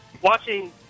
Watching